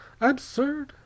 Absurd